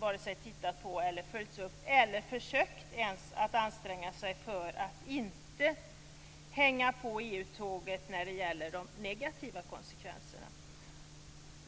vare sig tittat på, följt upp eller ens försökt anstränga sig för att inte hänga på EU-tåget när det gäller de negativa konsekvenserna.